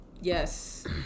yes